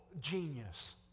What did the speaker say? genius